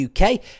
UK